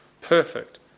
perfect